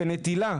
בנטילה,